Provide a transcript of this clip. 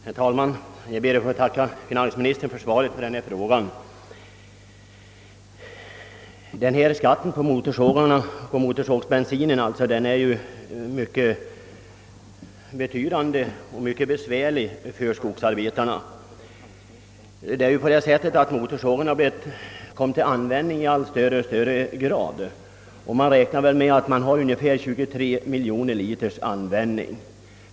Herr talman! Jag ber att få tacka finansministern för svaret på min fråga. Skatten på motorsågsbensin är mycket betydande och mycket besvärlig för skogsarbetarna. Det är ju på det sättet att motorsågarna kommer till användning i allt större utsträckning, och man räknar med att man för detta ändamål använder ungefär 23 miljoner liter bensin.